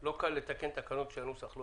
לא קל לתקן תקנות של נוסח.